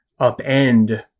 upend